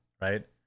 Right